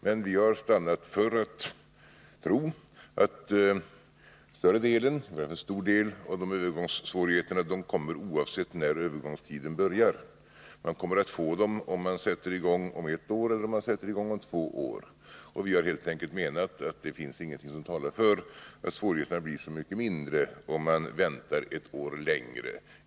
Men vi har stannat för att tro att det kommer att bli övergångssvårigheter oavsett om man sätter i gång om ett år eller om man sätter i gång om två år. Och vi menar helt enkelt att det finns ingenting som talar för att svårigheterna blir så mycket mindre om man väntar ett år till.